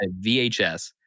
VHS